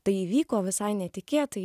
tai įvyko visai netikėtai